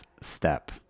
step